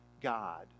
god